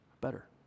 better